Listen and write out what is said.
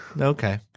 okay